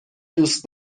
دوست